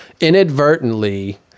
inadvertently